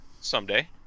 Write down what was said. someday